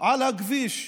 על הכביש,